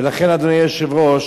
ולכן, גברתי היושבת-ראש,